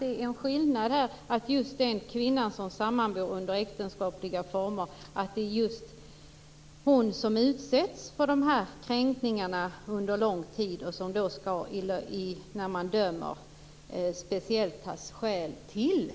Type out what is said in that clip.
Det är just kvinnan som sammanbor under äktenskapsliknande former som utsätts för kränkningarna under lång tid, och det skall man ta hänsyn till vid dömandet.